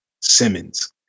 Simmons